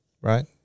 Right